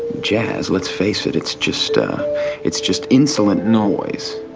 jazz, let's face it. it's just ah it's just insulin noise